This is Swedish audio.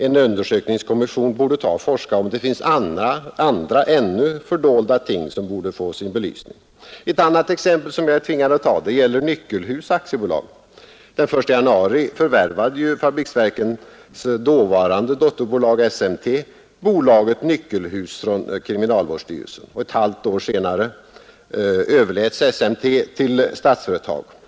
En undersökningskommission borde ta och forska om det finns andra ännu fördolda ting som borde få sin belysning. Ett annat exempel som jag är tvungen att ta gäller Nyckelhus AB. Den 1 januari 1970 förvärvade fabriksverkens dåvarande dotterbolag SMT bolaget Nyckelhus från kriminalvårdsstyrelsen. Ett halvt år senare överläts SMT till Ståtsföretag.